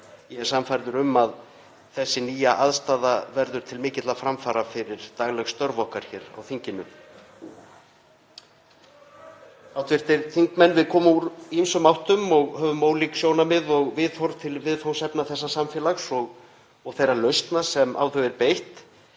Ég er sannfærður um að þessi nýja aðstaða verður til mikilla framfara fyrir dagleg störf okkar hér á þinginu. Hv. þingmenn. Við komum úr ýmsum áttum og höfum ólík sjónarmið og viðhorf til viðfangsefna þessa samfélags og þeirra lausna sem á þau er beitt.